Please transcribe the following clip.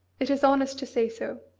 it is honest to say so.